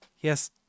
yes